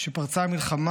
כשפרצה המלחמה,